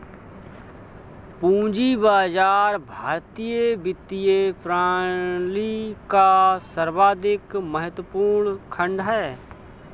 पूंजी बाजार भारतीय वित्तीय प्रणाली का सर्वाधिक महत्वपूर्ण खण्ड है